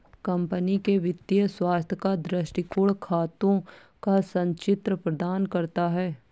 company के वित्तीय स्वास्थ्य का दृष्टिकोण खातों का संचित्र प्रदान करता है